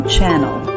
Channel